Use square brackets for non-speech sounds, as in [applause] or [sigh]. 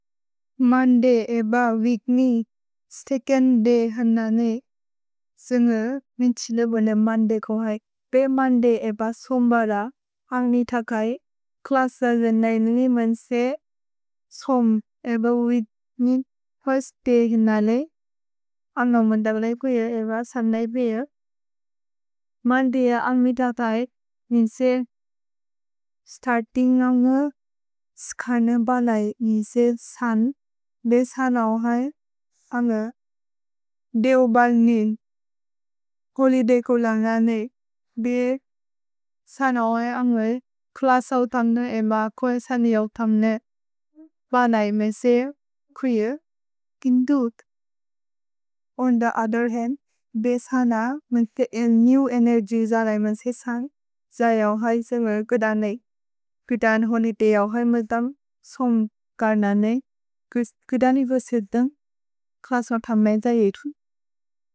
मन्दे एब विक्नि सेचोन्द् दे हन ने जेन्गु नित्छिलेबुने मन्दे को हए। भे मन्दे एब सोम्बर अन्ग्नि तकै क्लस जेन् नैनु नि मेन्से सोम् एब विक्नि [hesitation] फिर्स्त् दे हन लेइ। अनो मन्द बले कुय एब सनै पेयर्। मन्दे एब अन्ग्मि तकै निशे स्तर्तिन्ग् अन्गु स्कन बले निशे सन् बेशन ओहए अन्गु देउबल् निन् को लि दे को लन्ग ने। भे सन् औहए अन्गु क्लस उतन एब कुय सनै उतन बले मेसे कुय किन्दुत्। ओन्द अदेर् हेन् बेशन मिन्ते इन् नेव् एनेर्ग्य् सनै मेन्से सन् जय औहए सेम् एब कुदन ए। कुदन होनि ते औहए मुदम् सोम् कर्न ने। कुदन एब स्युद्द क्लस तम् मेइ जैतु।